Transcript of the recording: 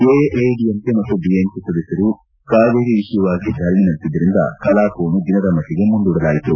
ಎಐಎಡಿಎಂಕೆ ಮತ್ತು ಡಿಎಂಕೆ ಸದಸ್ಟರು ಕಾವೇರಿ ವಿಷಯವಾಗಿ ಧರಣಿ ನಡೆಸಿದ್ದರಿಂದ ಕಲಾಪವನ್ನು ದಿನದ ಮಟ್ಟಗೆ ಮುಂದೂಡಲಾಯಿತು